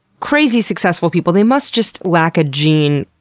crazy successful people, they must just lack a gene.